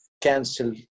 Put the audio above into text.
cancel